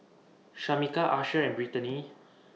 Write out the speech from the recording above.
Shameka Asher and Brittany